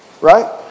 right